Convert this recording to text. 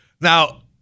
Now